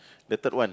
the third one